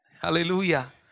hallelujah